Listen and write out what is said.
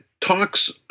talks